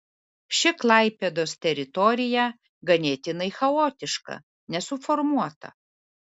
ši klaipėdos teritorija ganėtinai chaotiška nesuformuota